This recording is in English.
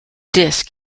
disc